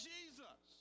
Jesus